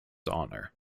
honor